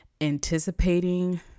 anticipating